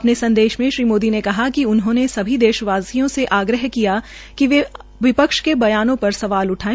अपने संदेश में श्री मोदी ने कहा कि उन्होंने सभी देशवासियों से आग्रह किया कि वे वि क्ष के बयानों र सवाल उठाये